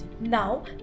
Now